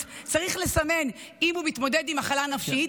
צריך לסמן אם הוא מתמודד עם מחלה נפשית,